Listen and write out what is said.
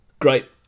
Great